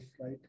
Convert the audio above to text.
right